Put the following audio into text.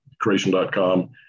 creation.com